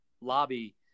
lobby